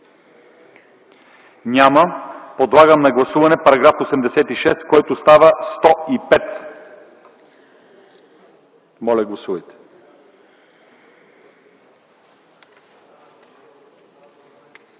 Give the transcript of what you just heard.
Няма. Подлагам на гласуване § 95а, който става § 111. Моля, гласувайте.